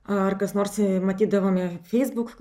ar kas nors matydavome facebook